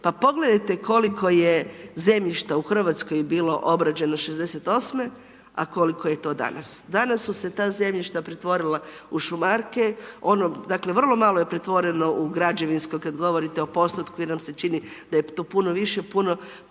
Pa pogledajte koliko je zemljišta u Hrvatskoj je bilo obrađeno '68. a koliko je to danas. Danas su se ta zemljišta pretvorila u šumarke, dakle, vrlo malo je pretvoreno u građevinsko, kada govorite o postotku, jer nam se čini, da je to puno više, puno